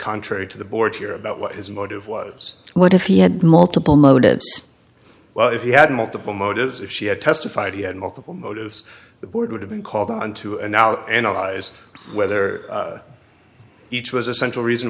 contrary to the board here about what his motive was what if he had multiple motives well if he had multiple motives if she had testified he had multiple motives the board would have been called on to an out analyze whether each was a central reason